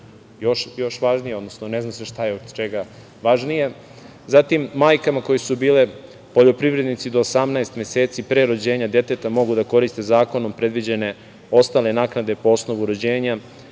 još važnije, ne zna se šta je od čega važnije. Zatim, majkama koje su bile poljoprivrednici do 18 meseci pre rođenja deteta mogu da koriste zakonom predviđene ostale naknade po osnovu rođenja